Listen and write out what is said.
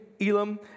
Elam